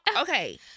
okay